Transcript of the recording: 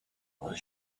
will